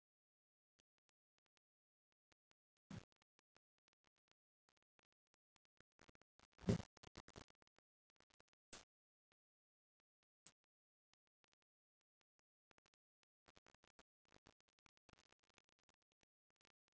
ya